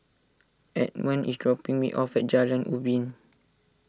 Edmond is dropping me off at Jalan Ubin